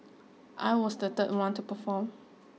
I was the third one to perform